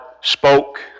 spoke